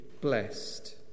blessed